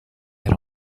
were